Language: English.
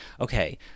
okay